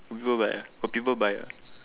got people buy ah got people buy ah